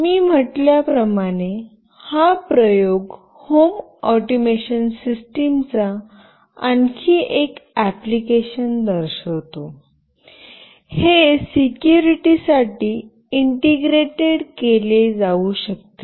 मी म्हटल्या प्रमाणे हा प्रयोग होम ऑटोमेशन सिस्टमचा आणखी एक अप्लिकेशन दर्शवितो हे सेक्युरिटी साठी इंटिग्रेटेड केले जाऊ शकते